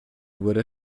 wurde